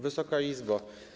Wysoka Izbo!